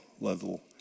level